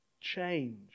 change